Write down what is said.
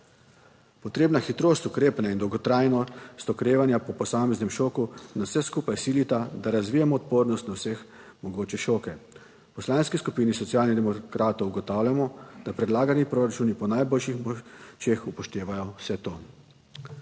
Potrebna hitrost ukrepanja in dolgotrajnost okrevanja po posameznem šoku nas vse skupaj silita, da razvijamo odpornost na vse mogoče šoke. V Poslanski skupini Socialnih demokratov ugotavljamo, da predlagani proračuni po najboljših močeh upoštevajo vse to.